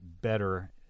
better